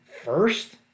first